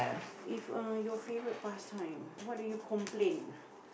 if uh your favourite pastime what do you complain